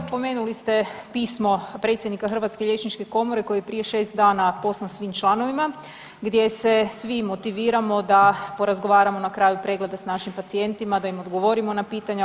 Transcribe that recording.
Spominjali ste pismo predsjednika Hrvatske liječničke komore koje je prije šest dana poslano svim članovima gdje se svi motiviramo da porazgovaramo na kraju pregleda s našim pacijentima, da im odgovorimo na pitanja.